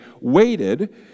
waited